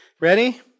ready